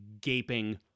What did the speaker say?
gaping